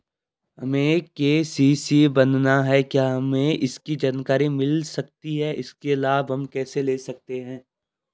हमें के.सी.सी बनाना है क्या हमें इसकी जानकारी मिल सकती है इसका लाभ हम कैसे ले सकते हैं?